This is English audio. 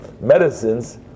medicines